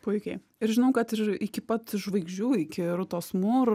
puikiai ir žinau kad ir iki pat žvaigždžių iki rūtos mur